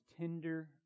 tender